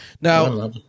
Now